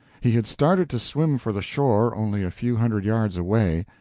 he had started to swim for the shore, only a few hundred yards away,